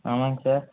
ஆமாங்க சார்